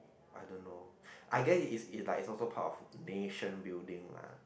I don't know I guess is is like also part of nation building lah